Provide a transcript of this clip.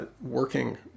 working